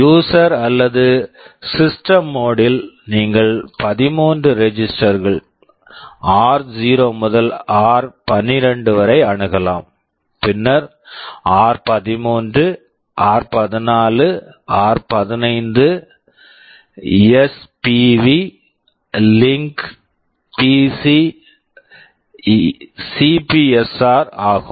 user user அல்லது system system mode mode ல் நீங்கள் 13 ரெஜிஸ்டர் register கள் ஆர்0 r0 முதல் ஆர்12 r12 வரை அணுகலாம் பின்னர் ஆர்13 r13 ஆர்14 r14 R15 r15 SPB spv link link PC PC CPSR CPSR ஆகும்